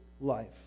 life